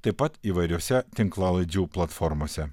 taip pat įvairiose tinklalaidžių platformose